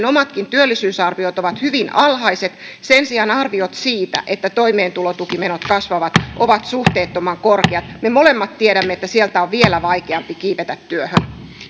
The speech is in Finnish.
omatkin työllisyysarviot ovat hyvin alhaiset sen sijaan arviot siitä että toimeentulotukimenot kasvavat ovat suhteettoman korkeat me molemmat tiedämme että sieltä on vielä vaikeampi kiivetä työhön